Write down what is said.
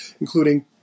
including